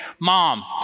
Mom